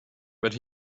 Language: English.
but